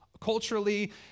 culturally